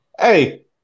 Hey